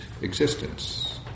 existence